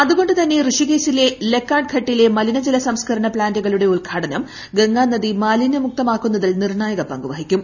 അതുകൊണ്ടുതന്നെ ഋഷികേശിലെ ലക്കാഡ് ഘട്ടിലെ മലിനജല സംസ്കരണ പ്ലാന്റുകളുടെ ഉദ്ഘാടനം ഗംഗാ നദി മാലിന്യമുക്തമാക്കുന്നതിൽ നിർണായക പങ്ക് വഹിക്കും